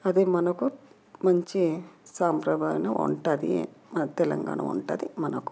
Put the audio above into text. అది మనకు మంచి సాంప్రదాయ వంట అది మన తెలంగాణ వంట అది మనకు